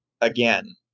again